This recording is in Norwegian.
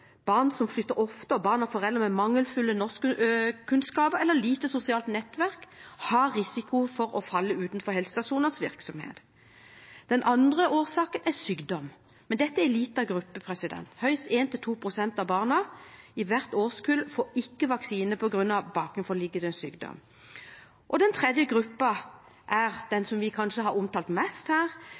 Barn som flytter ofte, og barn av foreldre med mangelfulle norskkunnskaper eller lite sosialt nettverk risikerer å falle utenfor helsestasjonenes virksomhet. Den andre årsaken er sykdom. Men dette er en liten gruppe – høyst 1–2 pst. av barna i hvert årskull får ikke vaksine på grunn av bakenforliggende sykdom. Den tredje gruppen er den som vi kanskje har omtalt mest her,